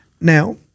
Now